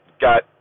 got